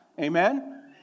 Amen